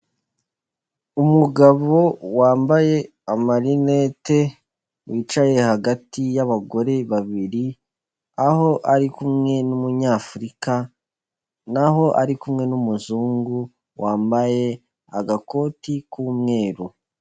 Umugabo wambaye amarinete, wicaye hagati y'abagore babiri, aho ari kumwe n'umunyafurika, n'aho ari kumwe n'umuzungu, wambaye agakoti k'umweru.